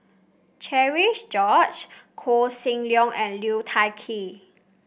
Cherian George Koh Seng Leong and Liu Thai Ker